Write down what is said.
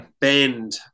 Bend